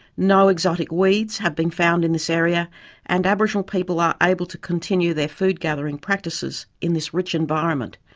no exotic weeds have been found in this area and aboriginal people are able to continue their food gathering practices in this rich environment.